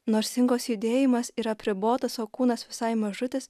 nors ingos judėjimas yra apribotas o kūnas visai mažutis